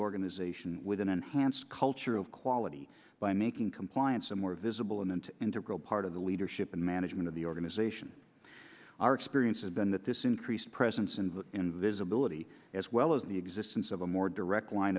organization with an enhanced culture of quality by making compliance a more visible and integral part of the leadership and management of the organization our experience has been that this increased presence and in visibility as well as the existence of a more direct line